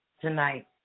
tonight